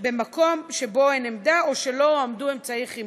במקום שבו אין עמדה או שלא הועמדו בו אמצעי חימום.